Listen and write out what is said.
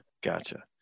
gotcha